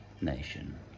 nation